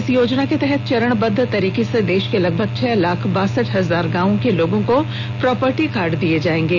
इस योजना के तहत चरणबद्ध तरीके से देश के लगभग छह लाख बासठ हजार गांवों के लोगों को प्रॉपर्टी कार्ड दिए जाएंगे